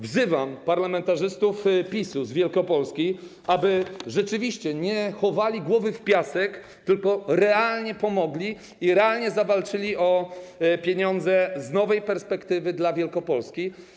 Wzywam parlamentarzystów PiS z Wielkopolski, aby nie chowali głowy w piasek, tylko realnie pomogli i realnie zawalczyli o pieniądze z nowej perspektywy dla Wielkopolski.